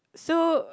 so